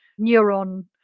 neuron